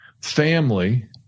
family